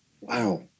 wow